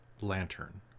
lantern